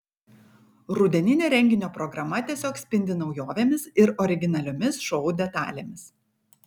rudeninė renginio programa tiesiog spindi naujovėmis ir originaliomis šou detalėmis